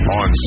on